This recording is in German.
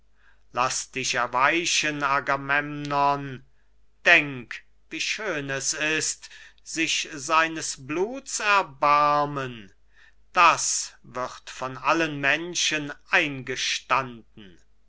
laß dich erweichen agamemnon denk wie schön es ist sich seines bluts erbarmen das wird von allen menschen eingestanden